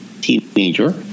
teenager